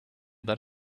that